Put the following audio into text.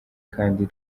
kandi